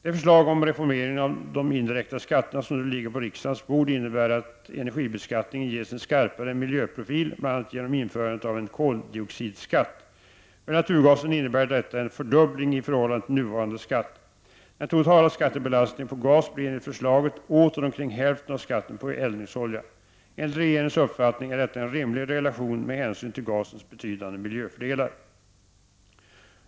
Det förslag om reformering av de indirekta skatterna som nu ligger på riksdagens bord innebär att energibeskattningen ges en skarpare miljöprofil, bl.a. genom införandet av en koldioxidskatt. För naturgasen innebär detta en fördubbling i förhållande till nuvarande skatt. Den totala skattebelastningen på gas blir enligt förslaget åter omkring hälften av skatten på eldningsolja. Enligt regeringens uppfattning är detta en rimlig relation med hänsyn till gasens betydande miljöfördelar.